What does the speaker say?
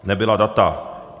Nebyla data.